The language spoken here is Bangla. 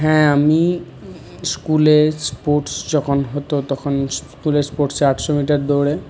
হ্যাঁ আমি স্কুলে স্পোর্টস যখন হতো তখন স্কুলে স্পোর্টসে আটশো মিটার দৌঁড়ে